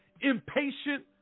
impatient